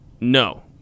No